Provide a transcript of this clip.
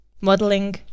modeling